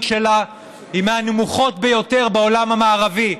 שלה היא מהנמוכות ביותר בעולם המערבי.